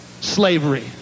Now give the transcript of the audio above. slavery